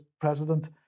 president